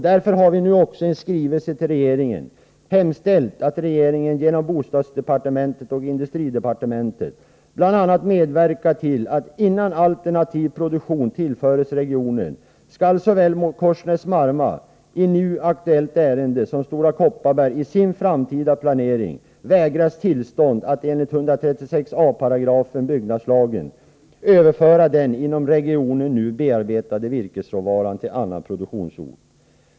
Därför har vi nu också i en skrivelse till regeringen hemställt att regeringen genom bostadsdepartementet och industridepartementet bl.a. medverkar till att, innan alternativ produktion tillförs regionen, såväl Korsnäs-Marma i nu aktuellt ärende som Stora Kopparberg i sin framtida planering skall vägras tillstånd att enligt ett 136 a § byggnadslagen överföra den inom regionen nu bearbetade virkesråvaran till annan produktionsort.